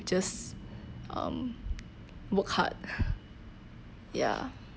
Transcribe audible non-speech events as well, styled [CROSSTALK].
just um work hard [LAUGHS] yeah